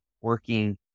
working